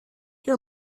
your